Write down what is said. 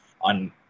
on